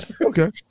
Okay